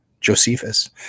Josephus